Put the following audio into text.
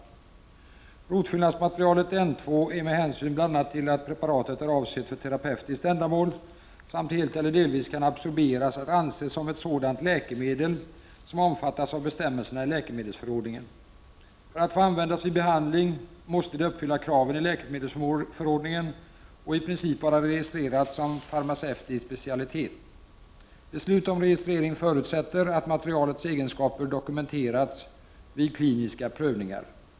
Rotfyllnadsmaterialet N2 är med hänsyn bl.a. till att preparatet är avsett för terapeutiskt ändamål samt helt eller delvis kan absorberas att anse som ett sådant läkemedel som omfattas av bestämmelserna i läkemedelsförordningen . För att få användas vid behandling måste det uppfylla kraven i läkemedelsförordningen och i princip vara registrerat som en farmaceutisk specialitet. Beslut om registrering förutsätter att materialets egenskaper dokumenterats vid kliniska prövningar.